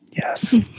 yes